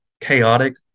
chaotic